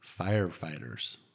firefighters